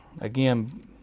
Again